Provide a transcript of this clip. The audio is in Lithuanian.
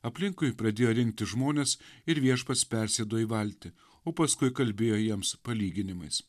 aplinkui pradėjo rinkti žmones ir viešpats persėdo į valtį o paskui kalbėjo jiems palyginimais